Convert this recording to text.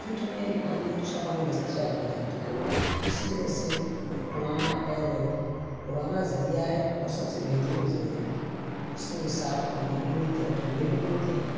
fit میں یہ پانی اچھا پانی دستیاب ہو جاتا ہے اسی وجہ سے یہ پرانا اور پرانا ذریعہ ہے اور سب سے بہترین ذریعہ ہے اس میں صاف پانی بھی ملتے اور ٹھنڈے بھی ملتے ہیں